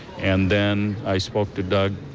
and then i spoke to doug,